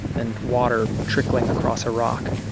and water trickling across a rock